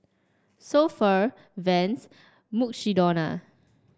So Pho Vans and Mukshidonna